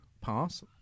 pass